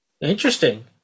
interesting